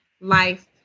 life